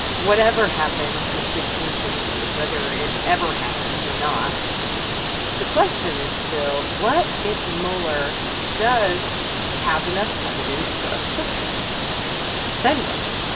whatever happens with this interview whether it ever happens or not the question is still what if mueller does have enough evidence for obstruction then what?